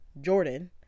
Jordan